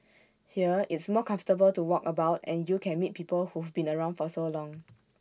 here it's more comfortable to walk about and you can meet people who've been around for so long